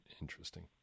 Interesting